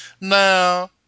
now